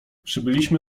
przybyliśmy